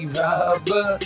robber